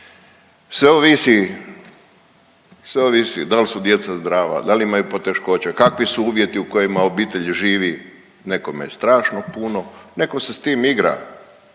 sve ovisi da li su djeca zdrava, da li imaju poteškoća, kakvi su uvjeti u kojima obitelj živi, nekome je strašno puno, netko se s tim igra,